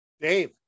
Dave